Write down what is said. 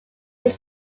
its